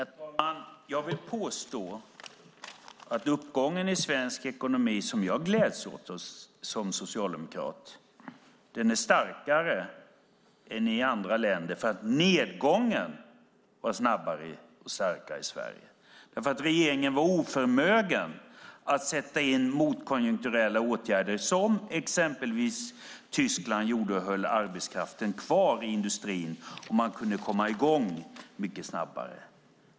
Herr talman! Jag vill påstå att uppgången i svensk ekonomi som jag som socialdemokrat gläds åt är starkare än i andra länder för att nedgången var snabbare och starkare i Sverige. Regeringen var nämligen oförmögen att sätta in motkonjunkturella åtgärder som exempelvis Tyskland gjorde för att hålla arbetskraften kvar i industrin och därmed komma i gång mycket snabbare.